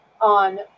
on